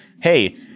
Hey